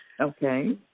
Okay